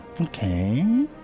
Okay